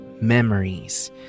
memories